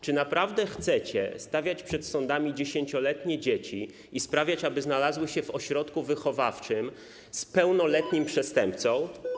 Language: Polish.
Czy naprawdę chcecie stawiać przed sądami 10-letnie dzieci i sprawiać, aby znajdowały się w ośrodkach wychowawczych z pełnoletnimi przestępcami?